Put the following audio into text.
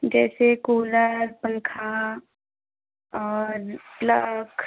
जैसे कूलर पंखा और प्लख